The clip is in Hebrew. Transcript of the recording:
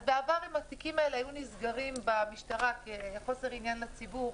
אז בעבר אם התיקים האלה היו נסגרים במשטרה כחוסר עניין לציבור,